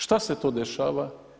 Što se to dešava?